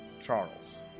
Charles